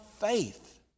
faith